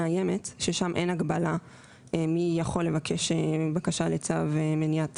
אם אין הגבלה מי יכול לבקש בקשה לצו מניעת